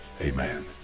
Amen